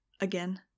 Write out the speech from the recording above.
again